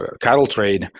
ah cattle trade,